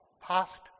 past